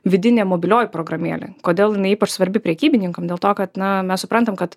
vidinė mobilioji programėlė kodėl jinai ypač svarbi prekybininkam dėl to kad na mes suprantam kad